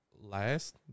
last